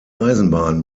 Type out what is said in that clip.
eisenbahn